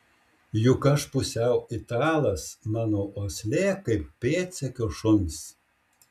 juk aš pusiau italas mano uoslė kaip pėdsekio šuns